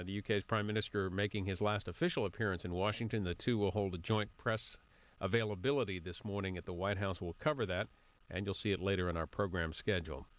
blair the u k prime minister making his last official appearance in washington the two will hold a joint press availability this morning at the white house we'll cover that and you'll see it later in our program schedule